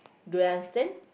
do you understand